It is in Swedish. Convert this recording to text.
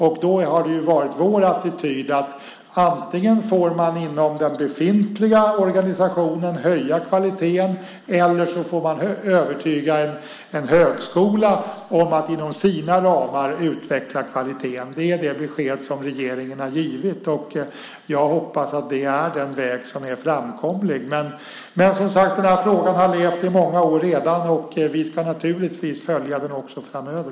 Därför har det varit vår uppfattning att man antingen får höja kvaliteten inom den befintliga organisationen eller övertyga en högskola om att inom sina ramar utveckla kvaliteten. Det är det besked som regeringen har givit, och jag hoppas att det är den väg som är framkomlig. Men som sagt har den här frågan levt i många år redan, och vi ska naturligtvis följa den också framöver.